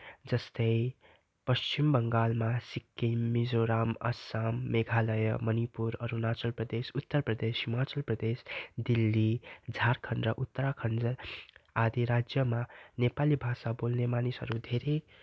जस्तै पश्निम बङ्गालमा सिक्किम मिजोराम आसाम मेघालय मणिपुर अरुणाचल प्रदेश उत्तर प्रदेश हिमाचल प्रदेश दिल्ली झारखण्ड र उत्तराखण्ड आदि राज्यमा नेपाली भाषा बोल्ने मानिसहरू धेरै